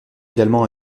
également